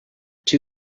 two